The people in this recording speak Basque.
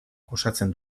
osatzen